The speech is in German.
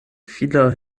vieler